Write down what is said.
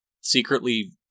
secretly